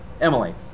Emily